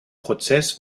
prozess